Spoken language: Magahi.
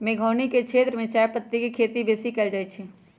मेघौनी क्षेत्र में चायपत्ति के खेती बेशी कएल जाए छै